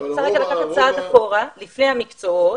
אני רוצה רגע לקחת צעד אחורה, לפני המקצועות,